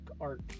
Art